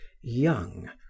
young